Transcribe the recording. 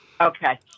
Okay